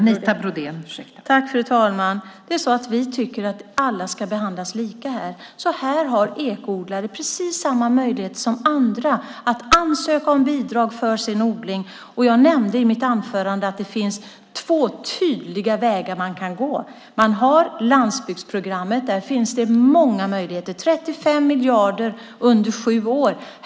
Fru ålderspresident! Vi tycker att alla ska behandlas lika. Här har ekoodlare precis samma möjlighet som andra att ansöka om bidrag för sin odling. Jag nämnde i mitt anförande att det finns två tydliga vägar man kan gå. Man har landsbygdsprogrammet. Där finns det många möjligheter - 35 miljarder under sju år.